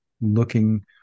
looking